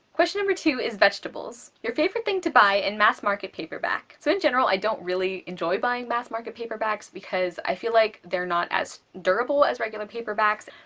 question two is vegetables your favorite thing to buy in mass market paperback. so in general i don't really enjoy buying mass market paperbacks because i feel like they're not as durable as regular paperbacks.